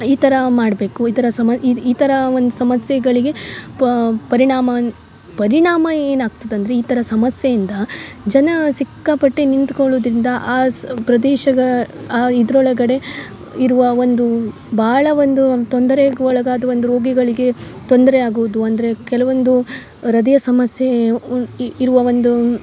ಈ ಥರ ಮಾಡಬೇಕು ಈ ಥರ ಸಮ ಈ ಥರ ಒಂದು ಸಮಸ್ಯೆಗಳಿಗೆ ಪರಿಣಾಮನ್ ಪರಿಣಾಮ ಏನು ಆಗ್ತದಂದರೆ ಈ ಥರ ಸಮಸ್ಯೆಯಿಂದ ಜನ ಸಿಕ್ಕಾಪಟ್ಟೆ ನಿಂತ್ಕೊಳ್ಳುದರಿಂದ ಆ ಸ್ ಪ್ರದೇಶಗ ಆ ಇದರೊಳಗಡೆ ಇರುವ ಒಂದು ಭಾಳ ಒಂದು ತೊಂದರೆಗೆ ಒಳಗಾದ ಒಂದು ರೋಗಿಗಳಿಗೆ ತೊಂದರೆ ಆಗುದು ಅಂದರೆ ಕೆಲವೊಂದು ಹೃದಯ ಸಮಸ್ಯೆ ಉನ್ ಇರುವ ಒಂದು